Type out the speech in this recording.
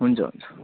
हुन्छ हुन्छ